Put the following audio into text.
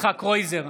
יצחק קרויזר,